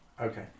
Okay